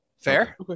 fair